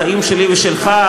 החיים שלי ושלך,